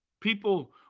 People